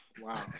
Wow